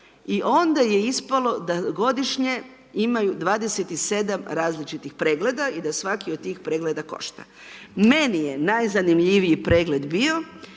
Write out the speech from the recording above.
I onda je ispalo da godišnje imaju 27 različitih pregleda i da svaki od tih pregleda košta. Meni je najzanimljiviji pregled bio